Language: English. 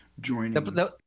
joining